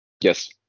Yes